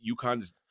UConn's